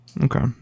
Okay